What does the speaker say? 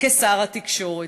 כשר התקשורת.